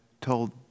told